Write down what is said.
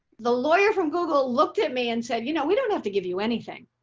the lawyer from google looked at me and said, you know, we don't have to give you anything.